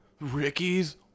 ricky's